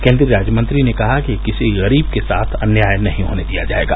केन्द्रीय राज्यमंत्री ने कहा कि किसी गरीब के साथ अन्याय नहीं होने दिया जायेगा